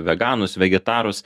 veganus vegetarus